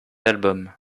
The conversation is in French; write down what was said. album